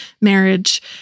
marriage